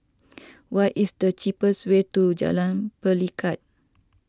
what is the cheapest way to Jalan Pelikat